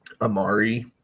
amari